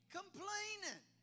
complaining